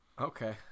Okay